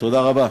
תודה רבה.